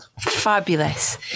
Fabulous